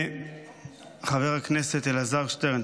חבר הכנסת אלעזר שטרן,